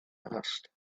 asked